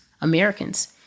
americans